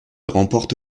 remporte